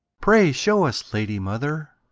pray show us, lady mother!